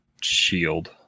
Shield